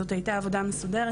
זאת היתה עבודה מסודרת,